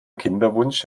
kinderwunsch